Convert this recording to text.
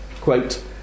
quote